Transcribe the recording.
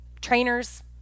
trainers